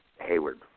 Hayward